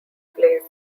plays